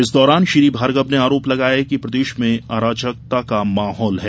इस दौरान श्री भार्गव ने आरोप लगाया कि प्रदेश में अराजकता का माहौल है